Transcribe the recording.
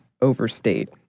overstate